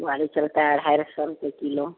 बुआरी चलता है अढ़ाई सौ रुपए किलो